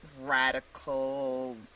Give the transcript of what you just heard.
radical